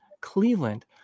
Cleveland